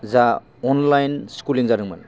जा अनलाइन स्कुलिं जादोंमोन